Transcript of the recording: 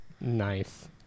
Nice